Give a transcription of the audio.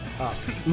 Awesome